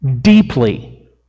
deeply